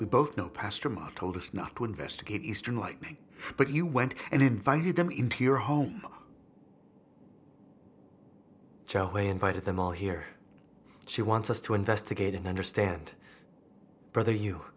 we both know pastor mark told us not to investigate eastern like me but you went and invited them into your home joe he invited them all here she wants us to investigate and understand brother you